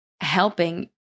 helping